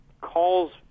calls